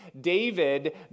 David